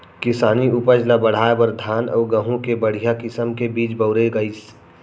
किसानी उपज ल बढ़ाए बर धान अउ गहूँ के बड़िहा किसम के बीज बउरे गइस